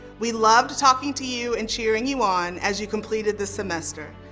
we loved talking to you and cheering you on as you completed the semester.